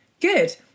good